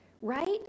right